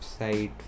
website